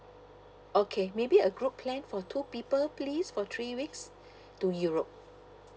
okay maybe a group plan for two people please for three weeks to europe